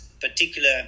particular